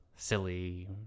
silly